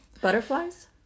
Butterflies